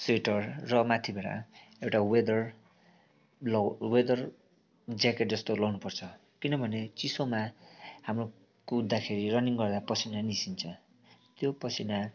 sweater र माथिबाट एउटा वेदर लउ वेदर ज्याकेट जस्तो लाउनु पर्छ किनभने चिसोमा हाम्रो कुद्दाखेरि रनिङ गर्दा पसिना निस्किन्छ त्यो पसिना